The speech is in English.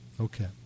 Okay